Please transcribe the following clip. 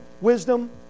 wisdom